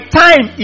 time